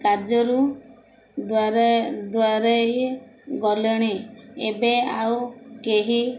କାର୍ଯ୍ୟରୁ ଦ୍ୱାରେ ଦ୍ୱାରେଇ ଗଲେଣି ଏବେ ଆଉ କେହି